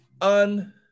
un-